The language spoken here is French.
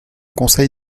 conseil